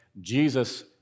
Jesus